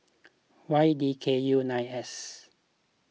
Y D K U nine S